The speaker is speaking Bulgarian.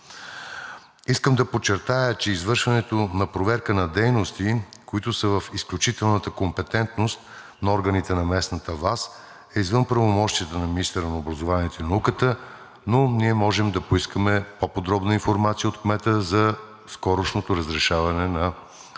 Искам да подчертая, че извършването на проверка на дейности, които са в изключителната компетентност на органите на местната власт, е извън правомощията на министъра на образованието и науката, но ние можем да поискаме по-подробна информация от кмета за скорошното разрешаване на